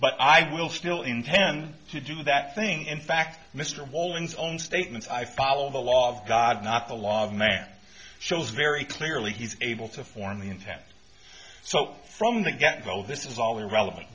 but i will still intend to do that thing in fact mr wolens own statements i follow the law of god not the law of man shows very clearly he's able to form the intent so from the get go this is all irrelevant